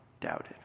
doubted